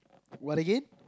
what again